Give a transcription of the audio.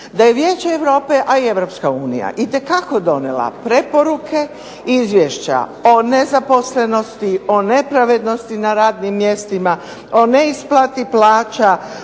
da je Vijeće Europe, a i EU itekako donijela preporuke Izvješća o nezaposlenosti, o nepravednosti na radnim mjestima, o neisplati plaća,